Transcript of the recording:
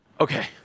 okay